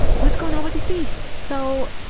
what's going on with these bees? so,